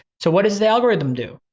so what does the algorithm do?